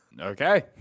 Okay